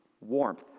warmth